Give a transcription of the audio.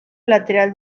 lateral